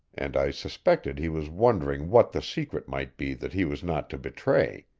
and i suspected he was wondering what the secret might be that he was not to betray.